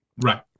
Right